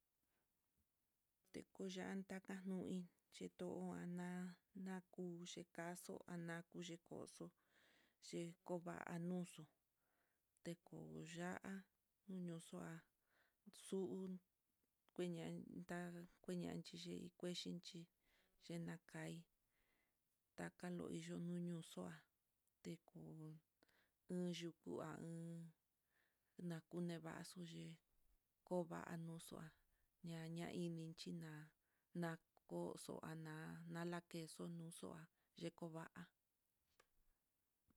Tekuyanta kanuin c uana na kuxhi caso ana kuxhi koxo'o, xhikova'a anuxo teku ya'á, nuñu xu'a xuun kuinian nda kuinian xhiyii, ikuexhichi xhinakai, takalinu ñoxoa'a te kuy un yuku ohá, nakunevaxo yee no va nuxu'a ñaña ini xhina'á nakoxo anan, nalakexo no yu'a x va'a.